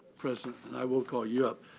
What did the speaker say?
president. and i will call you up.